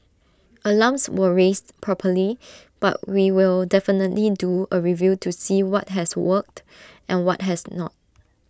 alarms were raised properly but we will definitely do A review to see what has worked and what has not